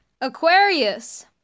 Aquarius